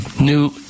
New